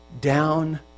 down